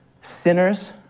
Sinners